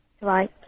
Right